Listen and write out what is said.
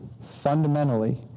fundamentally